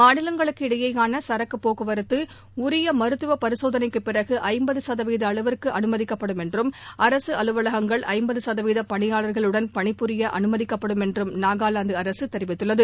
மாநிலங்களுக்கு இடையேயானசரக்குபோக்குவரத்தஉரியமருத்துவபரிசோதனைக்குப் பிறகுஐப்பதுசதவீதஅளவிற்குஅனுமதிக்கப்படும் என்றும் அரசுஅலுவலகங்கள் ஐப்பதுசதவீதபணியாளர்களுடன் பணிபுரியஅனுமதிக்கப்படும் என்றும் நாகாலாந்துஅரசுதெரிவித்துள்ளது